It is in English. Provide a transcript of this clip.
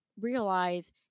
realize